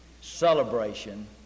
celebration